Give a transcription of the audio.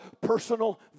personal